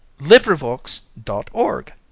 LibriVox.org